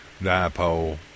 dipole